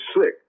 sick